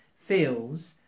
feels